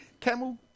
camel